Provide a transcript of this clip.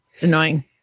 annoying